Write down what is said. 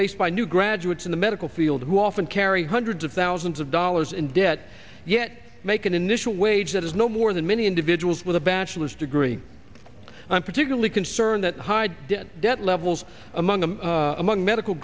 faced by new graduates in the medical field who often carry hundreds of thousands of dollars in debt yet make an initial wage that is no more than many individuals with a bachelor's degree i'm particularly concerned that high debt debt levels among them among medical